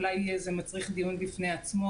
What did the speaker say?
אולי זה מצריך דיון בפני עצמו.